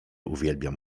uwielbiam